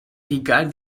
egal